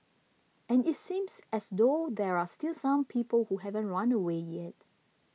and it seems as though there are still some people who haven't run away yet